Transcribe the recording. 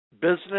business